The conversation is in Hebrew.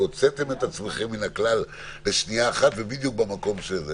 הוצאתם את עצמכם מהכלל בשנייה אחת ובדיוק במקום הזה.